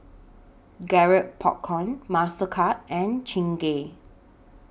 Garrett Popcorn Mastercard and Chingay